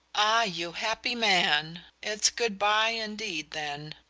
ah, you happy man! it's good-bye indeed, then,